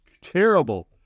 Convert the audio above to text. terrible